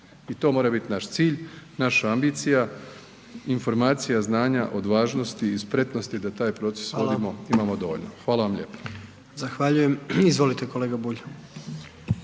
I to mora biti naš cilj, naša ambicija, informacija, znanja, odvažnosti i spretnosti da taj proces vodimo imamo dovoljno. Hvala vam lijepo. **Jandroković, Gordan